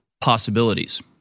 possibilities